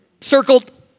circled